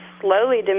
slowly